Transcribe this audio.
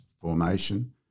formation